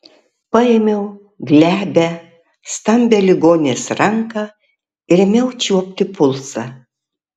paėmiau glebią stambią ligonės ranką ir ėmiau čiuopti pulsą